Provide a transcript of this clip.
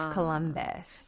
Columbus